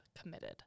Committed